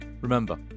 Remember